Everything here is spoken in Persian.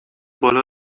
بالا